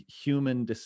human